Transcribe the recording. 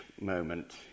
moment